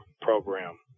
program